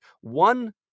one